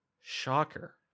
Shocker